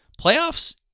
Playoffs